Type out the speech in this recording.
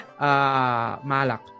Malak